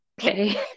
Okay